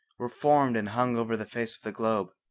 were formed and hung over the face of the globe,